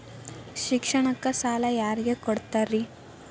ಶಿಕ್ಷಣಕ್ಕ ಸಾಲ ಯಾರಿಗೆ ಕೊಡ್ತೇರಿ?